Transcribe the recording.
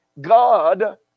God